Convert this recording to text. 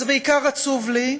זה בעיקר עצוב לי,